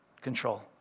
Control